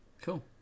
Cool